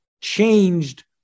changed